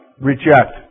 Reject